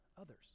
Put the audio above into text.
others